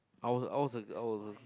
I was I was a I was a